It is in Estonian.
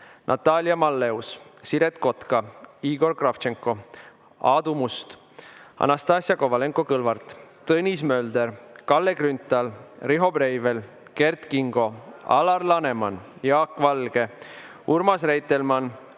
Natalia Malleus, Siret Kotka, Igor Kravtšenko, Aadu Must, Anastassia Kovalenko-Kõlvart, Tõnis Mölder, Kalle Grünthal, Riho Breivel, Kert Kingo, Alar Laneman, Jaak Valge, Urmas Reitelmann,